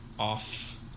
off